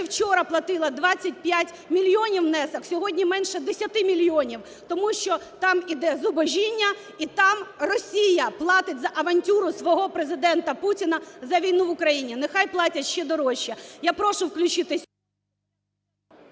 вчора платила 25 мільйонів, внесок, сьогодні менше 10 мільйонів, тому що там йде зубожіння і там Росія платить за авантюру свого Президента Путіна, за війну в Україні. Нехай платять ще дорожче. Я прошу включитись…